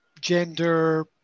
gender